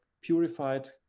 purified